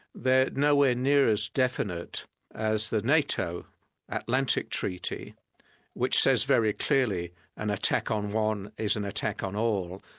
they're nowhere near as definite as the nato atlantic treaty which says very clearly an attack on one is an attack on all,